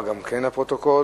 חוטם-הכרמל,